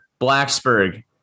Blacksburg